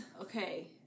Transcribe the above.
okay